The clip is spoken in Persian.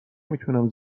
میتونم